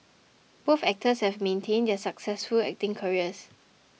both actors have maintained their successful acting careers